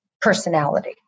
personality